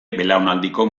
belaunaldiko